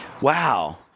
wow